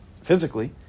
physically